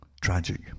tragic